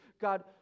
God